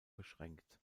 beschränkt